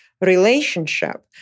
relationship